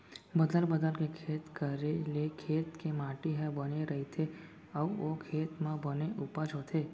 बदल बदल के खेत करे ले खेत के माटी ह बने रइथे अउ ओ खेत म बने उपज होथे